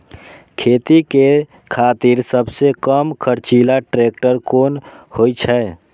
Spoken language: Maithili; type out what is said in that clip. खेती के खातिर सबसे कम खर्चीला ट्रेक्टर कोन होई छै?